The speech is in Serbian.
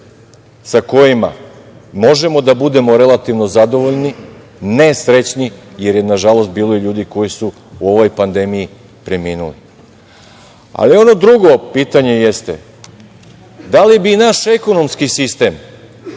sa kojima možemo da budemo relativno zadovoljni, ne srećni, jer je nažalost bilo ljudi koji su u ovoj pandemiji preminuli. Ali, ono drugo pitanje jeste - da li bi naš ekonomski sistem